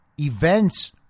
Events